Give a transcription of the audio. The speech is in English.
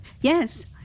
Yes